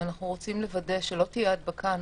ואנחנו רוצים לוודא שלא תהיה הדבקה נוספת,